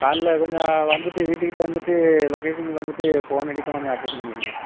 காலைல கொஞ்சம் வந்துட்டு வீட்டுக்கிட்டே வந்துட்டு லொகேஷனுக்கு வந்துட்டு ஃபோனடிப்பேன் கொஞ்சம் அட்டன் பண்ணிடுங்க